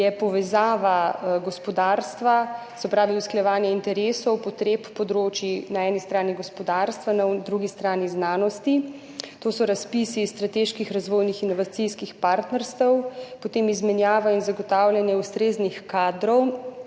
je povezava gospodarstva, se pravi, usklajevanje interesov, potreb, področij, na eni strani gospodarstva, na drugi strani znanosti. To so razpisi strateških razvojnih, inovacijskih partnerstev, potem izmenjava in zagotavljanje ustreznih kadrov,